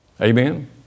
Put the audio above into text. Amen